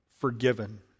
Forgiven